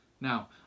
Now